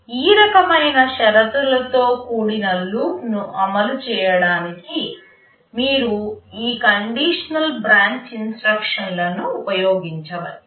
ఈ రకమైన షరతులతో కూడిన లూప్ను అమలు చేయడానికి మీరు ఈ కండిషనల్ బ్రాంచ్ ఇన్స్ట్రక్షన్లను ఉపయోగించవచ్చు